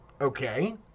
okay